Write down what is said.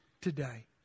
today